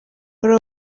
wari